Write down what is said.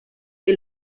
que